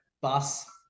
bus